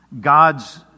God's